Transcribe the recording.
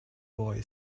boy